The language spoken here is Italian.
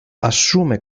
assume